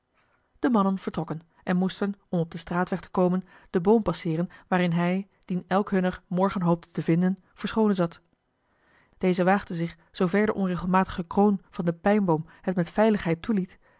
de mannen vertrokken en moesten om op den straatweg te komen eli heimans willem roda den boom passeeren waarin hij dien elk hunner morgen hoopte te vinden verscholen zat deze waagde zich zoover de onregelmatige kroon van den pijnboom het met veiligheid toeliet